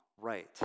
right